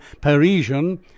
Parisian